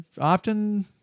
often